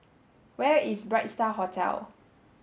where is Bright Star Hotel